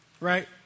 Right